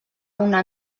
una